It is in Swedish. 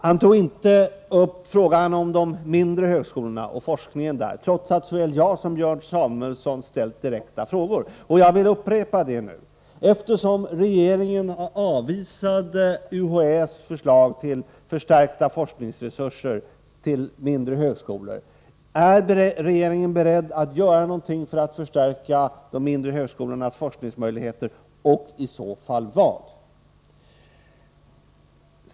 Han tog inte upp forskningen vid de mindre högskolorna, trots att såväl jag som Björn Samuelson ställt direkta frågor om denna. Jag vill därför upprepa min fråga med anledning av att regeringen har avvisat UHÄ:s förslag till förstärkning av forskningsresurserna till mindre högskolor: Är regeringen beredd att göra någonting för att förstärka de mindre högskolornas forskningsmöjligheter, och i så fall vad?